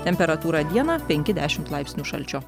temperatūra dieną penki dešimt laipsnių šalčio